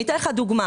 אני אתן לך דוגמה.